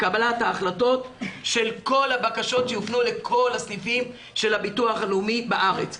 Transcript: קבלת ההחלטות של כל הבקשות שיופנו לכל הסניפים של הביטוח הלאומי בארץ.